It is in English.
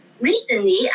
Recently